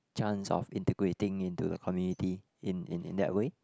chance of integrating into the community in in in that way